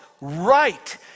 right